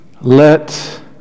let